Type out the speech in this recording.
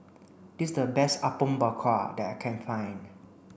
this is the best Apom Berkuah that I can find